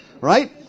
right